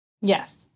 Yes